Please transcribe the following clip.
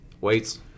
Weights